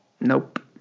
Nope